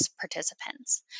participants